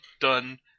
done